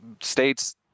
states